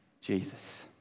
Jesus